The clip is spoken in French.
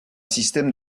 système